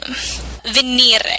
venire